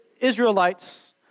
Israelites